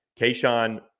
Kayshawn